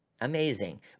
amazing